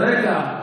רגע,